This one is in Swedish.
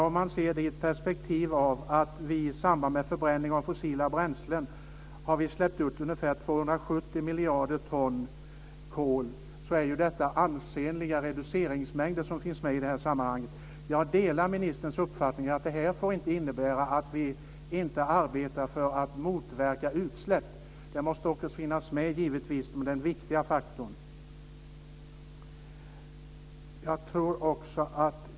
Om man ser det i ett perspektiv av att vi i samband med förbränning av fossila bränslen har släppt ut ungefär 270 miljarder ton kol, är det ansenliga reduceringsmängder som finns med i detta sammanhang. Jag delar ministerns uppfattning att det här inte får innebära att vi inte arbetar för att motverka utsläpp, utan denna viktiga faktor måste givetvis också finnas med.